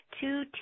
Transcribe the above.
two